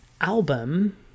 album